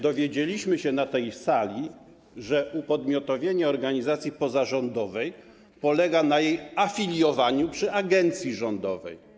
Dowiedzieliśmy się na tej sali, że upodmiotowienie organizacji pozarządowej polega na jej afiliowaniu przy agencji rządowej.